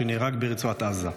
שנהרג ברצועת עזה.